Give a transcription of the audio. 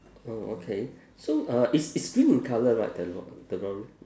oh okay so uh it's it's green in colour right the lor~ the lorry